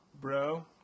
Bro